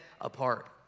apart